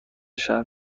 شهر